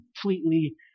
completely